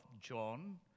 John